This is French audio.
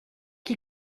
qui